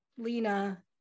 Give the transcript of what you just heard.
Lena